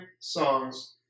songs